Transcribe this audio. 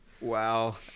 wow